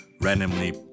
randomly